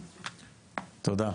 תודה.